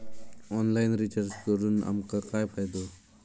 Online recharge करून आमका काय फायदो?